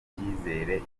icyizere